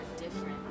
different